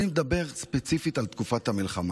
אני מדבר ספציפית על תקופת המלחמה.